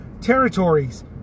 territories